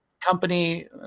company